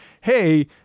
Hey